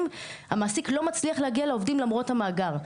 המעסיק לא מצליח להגיע לעובדים למרות המאגר,